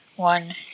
One